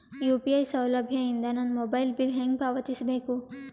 UPI ಸೌಲಭ್ಯ ಇಂದ ನನ್ನ ಮೊಬೈಲ್ ಬಿಲ್ ಹೆಂಗ್ ಪಾವತಿಸ ಬೇಕು?